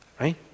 Right